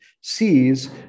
sees